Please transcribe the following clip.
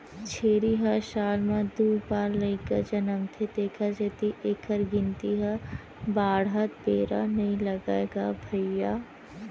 छेरी ह साल म दू बार लइका जनमथे तेखर सेती एखर गिनती ह बाड़हत बेरा नइ लागय गा भइया